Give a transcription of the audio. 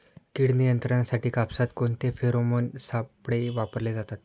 कीड नियंत्रणासाठी कापसात कोणते फेरोमोन सापळे वापरले जातात?